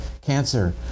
cancer